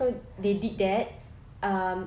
so they did that um